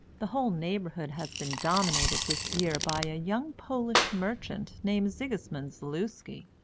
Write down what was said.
the whole neighbourhood has been dominated this year by a young polish merchant named sigismund zaluski,